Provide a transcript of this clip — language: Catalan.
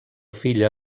filla